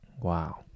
wow